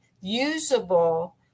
usable